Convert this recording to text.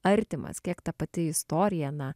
artimas kiek ta pati istorija na